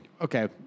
okay